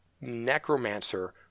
necromancer